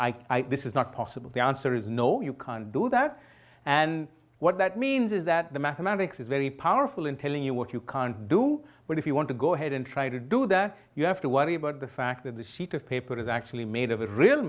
so i this is not possible the answer is no you can't do that and what that means is that the mathematics is very powerful in telling you what you can do but if you want to go ahead and try to do that you have to worry about the fact that the sheet of paper is actually made of a real